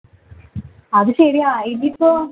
അത് ശരിയാണ് ഇത് ഇപ്പോൾ